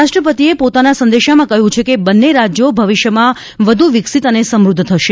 રાષ્ટ્રપતિએ પોતાના સંદેશામાં કહ્યું છે કે બંને રાજ્યો ભવિષ્યમાં વધુ વિકસિત અને સમૃદ્ધ થશે